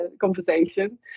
conversation